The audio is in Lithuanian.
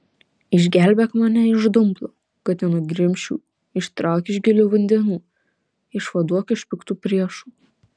išgelbėk mane iš dumblo kad nenugrimzčiau ištrauk iš gilių vandenų išvaduok iš piktų priešų